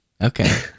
Okay